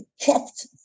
kept